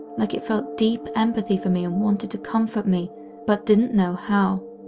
like it felt deep empathy for me and wanted to comfort me but didn't know how.